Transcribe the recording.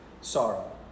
sorrow